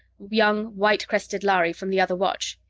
young white-crested lhari from the other watch.